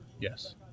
Yes